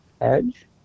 Edge